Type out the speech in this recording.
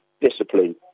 discipline